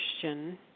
question